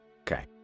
Okay